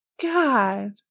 God